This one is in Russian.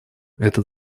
этот